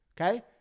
okay